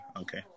Okay